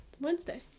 Wednesday